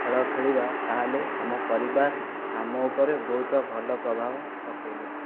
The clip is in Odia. ଖେଳ ଖେଳିବା ତା' ହେଲେ ଆମ ପରିବାର ଆମ ଉପରେ ବହୁତ ଭଲ ପ୍ରଭାବ ପକାଇବ